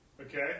okay